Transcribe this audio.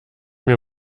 mir